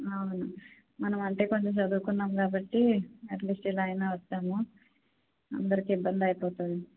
అవును మనమంటే కొంచం చదువుకున్నాం కాబట్టి అట్ లీస్ట్ ఇలా అయినా వచ్చాము అందరికి ఇబ్బంది అయిపోతుంది